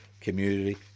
community